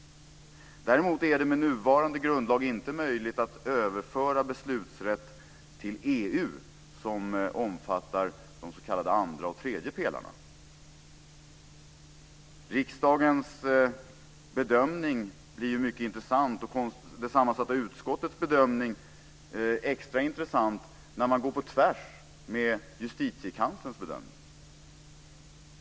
Däremot är det med nuvarande grundlag inte möjligt att överföra beslutsrätt till EU, som omfattar de s.k. andra och tredje pelarna. Riksdagens bedömning blir mycket intressant och det sammansatta utskottets bedömning extra intressant när man går på tvärs med Justitiekanslerns bedömning.